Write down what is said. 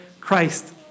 Christ